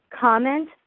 comment